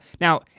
Now